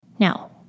Now